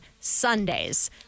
sundays